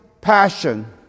passion